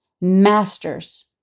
masters